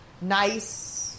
nice